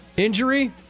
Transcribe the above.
Injury